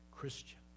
Christian